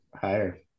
higher